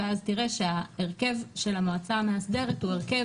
ואז תראה שההרכב של המועצה המאסדרת הוא הרכב